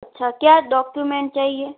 अच्छा क्या document document चाहिए